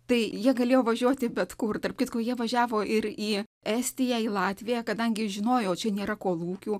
tai jie galėjo važiuoti bet kur tarp kitko jie važiavo ir į estiją į latviją kadangi žinojo čia nėra kolūkių